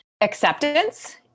acceptance